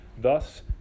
Thus